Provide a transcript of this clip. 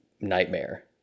nightmare